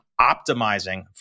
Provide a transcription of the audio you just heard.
optimizing